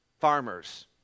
Farmers